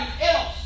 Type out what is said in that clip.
else